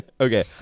okay